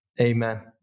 amen